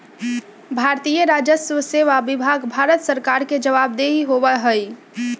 भारतीय राजस्व सेवा विभाग भारत सरकार के जवाबदेह होबा हई